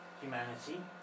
humanity